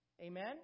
Amen